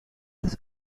this